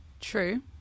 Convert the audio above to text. True